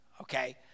okay